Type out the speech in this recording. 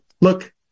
look